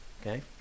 okay